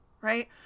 Right